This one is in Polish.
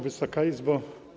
Wysoka Izbo!